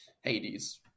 hades